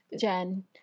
Jen